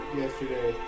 yesterday